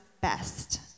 best